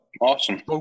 Awesome